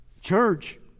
church